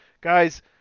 guys